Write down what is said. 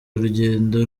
imwe